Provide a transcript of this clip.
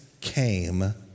came